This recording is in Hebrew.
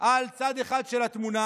על צד אחד של התמונה,